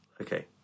okay